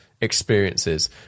experiences